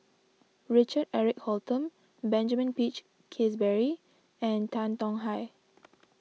Richard Eric Holttum Benjamin Peach Keasberry and Tan Tong Hye